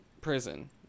prison